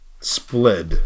Split